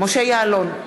משה יעלון,